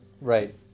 Right